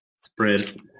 spread